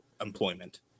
employment